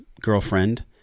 girlfriend